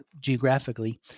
geographically